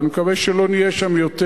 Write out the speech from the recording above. ואני מקווה שלא נהיה שם יותר,